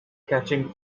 catching